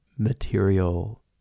material